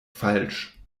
falsch